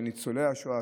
של ניצולי השואה,